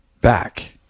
back